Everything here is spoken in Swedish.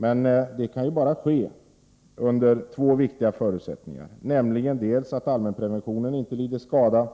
Men det kan bara ske under två viktiga förutsättningar, nämligen att allmänpreventionen inte lider skada